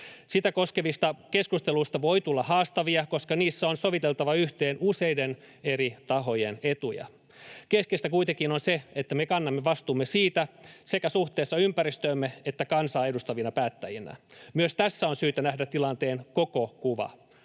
Sitä koskevista keskusteluista voi tulla haastavia, koska niissä on soviteltava yhteen useiden eri tahojen etuja. Keskeistä kuitenkin on se, että me kannamme vastuumme siitä sekä suhteessa ympäristöömme että kansaa edustavina päättäjinä. Myös tässä on syytä nähdä tilanteen koko kuva.